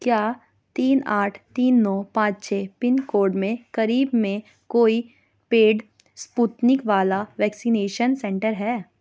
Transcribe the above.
کیا تین آٹھ تین نو پانچ چھ پن کوڈ میں قریب میں کوئی پیڈ سپوتنک والا ویکسینیشن سنٹر ہے